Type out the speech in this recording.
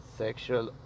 sexual